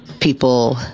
People